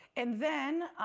and then,